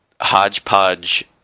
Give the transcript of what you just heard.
hodgepodge